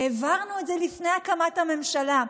העברנו את זה לפני הקמת הממשלה.